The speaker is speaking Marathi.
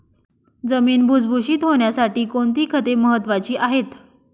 जमीन भुसभुशीत होण्यासाठी कोणती खते महत्वाची आहेत?